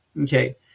Okay